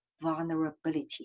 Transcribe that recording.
vulnerability